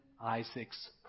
Isaac's